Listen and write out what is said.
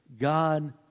God